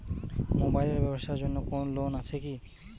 Mobile এর ব্যাবসার জন্য কোন লোন আছে কি?